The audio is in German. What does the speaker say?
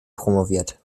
promoviert